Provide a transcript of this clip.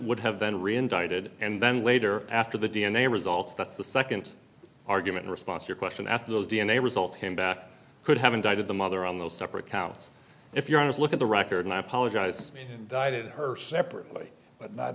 would have been reinvited and then later after the d n a results that's the second argument response your question after those d n a results came back could have indicted the mother on those separate counts if you want to look at the record and i apologize and dieted her separately but not